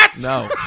No